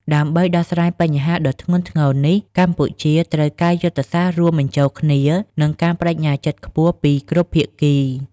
ដើម្បីដោះស្រាយបញ្ហាដ៏ធ្ងន់ធ្ងរនេះ កម្ពុជាត្រូវការយុទ្ធសាស្ត្ររួមបញ្ចូលគ្នា និងការប្តេជ្ញាចិត្តខ្ពស់ពីគ្រប់ភាគី។